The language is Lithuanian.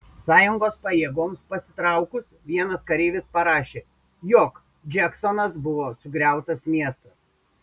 sąjungos pajėgoms pasitraukus vienas kareivis parašė jog džeksonas buvo sugriautas miestas